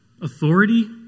authority